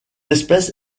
espèce